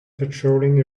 patrolling